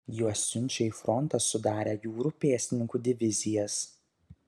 juos siunčia į frontą sudarę jūrų pėstininkų divizijas